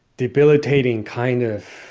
debilitating, kind of